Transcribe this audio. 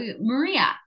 Maria